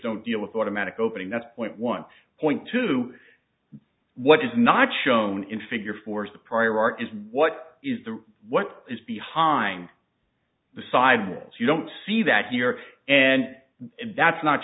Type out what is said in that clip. don't deal with automatic opening that's point one point too what is not shown in figure force the prior art is what is the what is behind the sidewalls you don't see that here and that's not